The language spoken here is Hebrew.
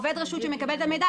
עובד רשות שמקבל את המידע,